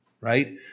right